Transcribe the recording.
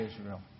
Israel